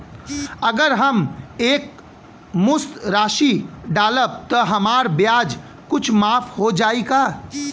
अगर हम एक मुस्त राशी डालब त हमार ब्याज कुछ माफ हो जायी का?